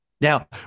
Now